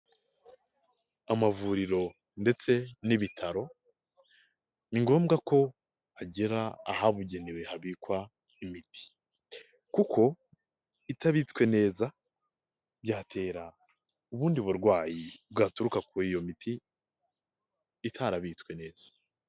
Amavuriro ndetse n'ibitaro ni ngombwa ko hagera ahabugenewe habikwa imiti kuko itabitswe neza byatera ubundi burwayi bwaturuka kuri iyo miti itarabitswe neza.